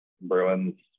Bruins